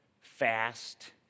fast